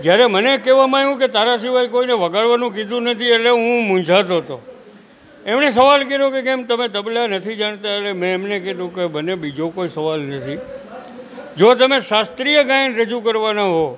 જ્યારે મને કહેવામાં આવ્યું કે તારા સિવાય કોઈને વગાડવાનું કીધું નથી એટલે હું મુંઝાતો હતો એમણે સવાલ કર્યો કે કેમ તમે તબલા નથી જાણતા એટલે મેં એમને કીધું કે મને બીજો કોઈ સવાલ નથી જો તમે શાસ્ત્રીય ગાયન રજૂ કરવાનાં હોવ